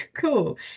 Cool